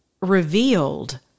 revealed